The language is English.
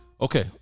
Okay